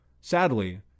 Sadly